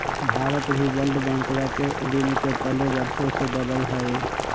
भारत भी वर्ल्ड बैंकवा के ऋण के तले वर्षों से दबल हई